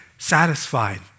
Satisfied